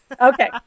okay